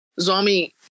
zombie